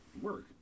Work